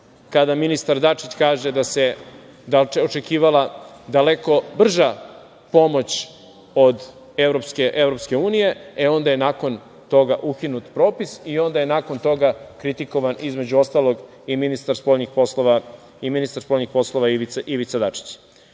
kada ministar Dačić kaže da se očekivala daleko brža pomoć od EU, e onda je nakon toga ukinut propis i onda je nakon toga kritikovan, između ostalog, i ministar spoljnih poslova Ivica Dačić. Maločas